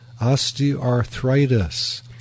osteoarthritis